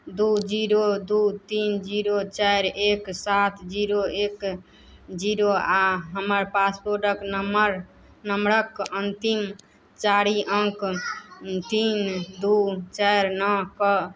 दू जीरो दू तीन जीरो चारि एक सात जीरो एक जीरो आ हमर पासपोर्टक नंबर नंबरक अंतिम चारि अङ्क तीन दू चारि नओ कऽ